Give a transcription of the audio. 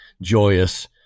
joyous